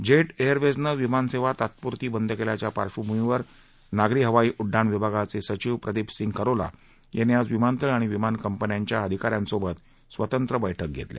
jet एयखेजनं विमानसेवा तात्पुरती बंद केल्याच्या पार्श्वभूमीवर नागरी हवाई उड्डाण विभागाचे सचिव प्रदीप सिंग खरोला यांनी आज विमानतळ आणि विमान कंपन्यांच्या अधिकाऱ्यांसोबत स्वतंत्र बैठक घेतल्या